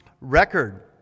record